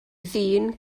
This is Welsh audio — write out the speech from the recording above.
ddyn